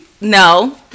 No